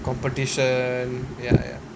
competition ya ya